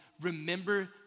remember